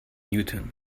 newton